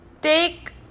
Take